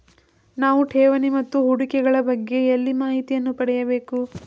ನಾವು ಠೇವಣಿ ಮತ್ತು ಹೂಡಿಕೆ ಗಳ ಬಗ್ಗೆ ಎಲ್ಲಿ ಮಾಹಿತಿಯನ್ನು ಪಡೆಯಬೇಕು?